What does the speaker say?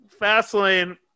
Fastlane